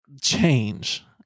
Change